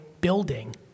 building